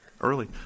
early